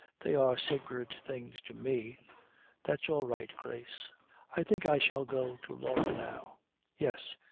they are sacred things to me that's all right, grace i think i shall go to laura now yes,